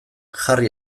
jarri